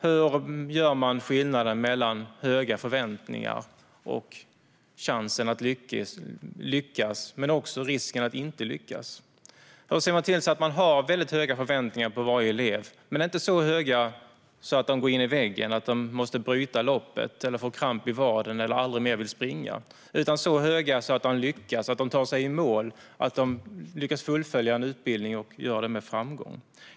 Hur gör man skillnad mellan höga förväntningar och chansen att lyckas men också risken att inte lyckas? Hur ser man till att ha väldigt höga förväntningar på varje elev men inte så höga att eleverna går in i väggen och måste bryta loppet, får kramp i vaden eller aldrig mer vill springa? Förväntningarna ska vara så höga att eleverna lyckas och att de tar sig i mål, lyckas fullfölja en utbildning och gör det med framgång.